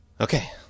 Okay